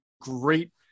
great